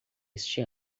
este